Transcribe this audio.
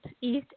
East